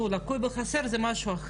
ואז הם הולכים הביתה בלי אפשרות הארכה,